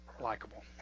likable